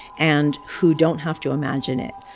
and who don't have to imagine it.